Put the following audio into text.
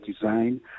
design